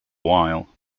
while